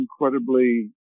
incredibly